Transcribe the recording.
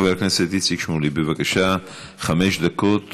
חבר הכנסת איציק שמולי, בבקשה, חמש דקות